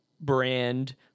brand